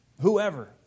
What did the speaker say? whoever